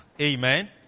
Amen